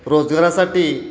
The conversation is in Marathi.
रोजगारासाठी